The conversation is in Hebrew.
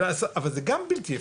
אבל זה גם בלתי אפשרי.